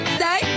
say